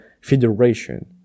federation